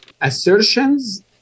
assertions